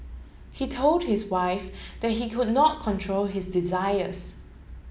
he told his wife that he could not control his desires